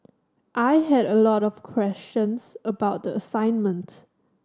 I had a lot of questions about the assignment